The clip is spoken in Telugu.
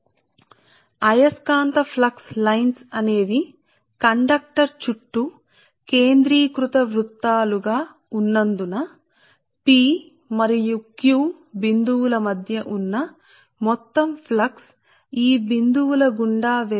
ప్రవాహం యొక్క అయస్కాంత రేఖలు ఏకాగ్రత వృత్తం కాబట్టి ఈ రేఖ దీని చుట్టూ కేంద్రీకృత వృత్తం మీ కండక్టర్ చుట్టూ బిందువులు p మరియు q మధ్య ఫ్లక్స్ మొత్తం సరే